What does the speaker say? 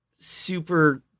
super